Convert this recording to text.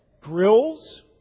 grills